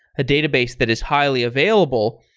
database that is highly available,